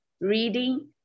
reading